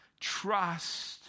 Trust